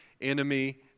enemy